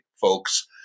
folks